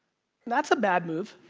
that's a bad move.